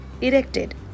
erected